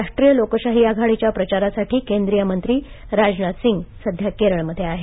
राष्ट्रीय लोकशाही आघाडीच्या प्रचारासाठी केंद्रीय मंत्री राजनाथ सिंग सध्या केरळमध्ये आहेत